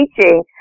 teaching